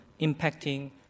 impacting